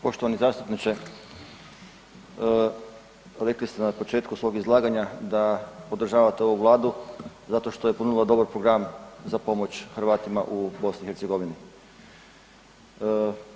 Poštovani zastupniče, rekli ste na početku svog izlaganja da podržavate ovu Vladu zato što je ponudila dobra program za pomoć Hrvatima u BiH-u.